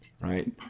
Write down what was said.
right